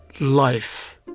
life